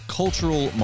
cultural